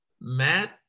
Matt